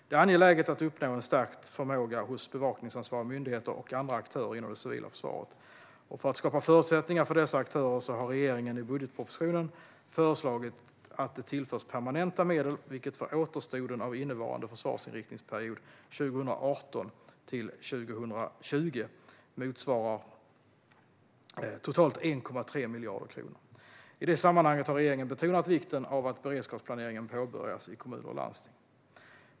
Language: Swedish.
Det är angeläget att uppnå en stärkt förmåga hos bevakningsansvariga myndigheter och andra aktörer inom det civila försvaret. För att skapa förutsättningar för dessa aktörer har regeringen i budgetpropositionen föreslagit att det tillförs permanenta medel, vilket för återstoden av innevarande försvarsinriktningsperiod, 2018-2020, motsvarar totalt 1,3 miljarder kronor. I det sammanhanget har regeringen betonat vikten av att beredskapsplaneringen påbörjas i kommuner och landsting.